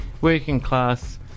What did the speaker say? working-class